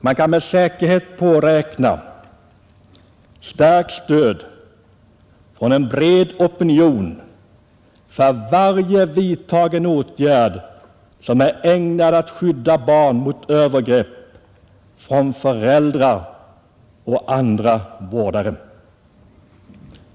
Man kan med säkerhet påräkna starkt stöd från en bred opinion för varje vidtagen åtgärd som är ägnad skydda barn mot övergrepp från föräldrar och andra vårdare.